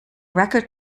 record